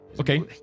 Okay